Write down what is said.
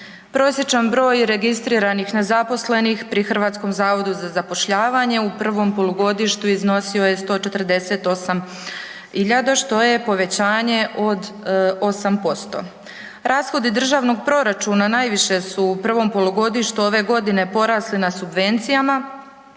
Prosječan broj registriranih nezaposlenih pri HZZ u prvom polugodištu iznosio je 148.000 što je povećanje od 8%. Rashodi državnog proračuna najviše su u prvom polugodištu ove godine porasli na subvencijama